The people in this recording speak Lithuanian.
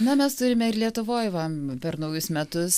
na mes turime ir lietuvoj va per naujus metus